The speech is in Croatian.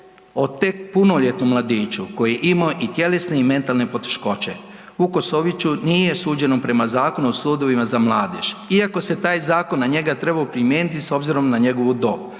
o tek punoljetnom mladiću koji je imao i tjelesne i mentalne poteškoće. Vukasoviću nije suđeno prema Zakonu o sudovima za mladež, iako se taj zakon na njega trebao primijeniti s obzirom na njegovu dob.